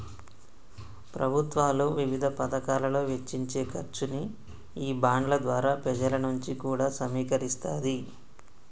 ప్రభుత్వాలు వివిధ పతకాలలో వెచ్చించే ఖర్చుని ఈ బాండ్ల ద్వారా పెజల నుంచి కూడా సమీకరిస్తాది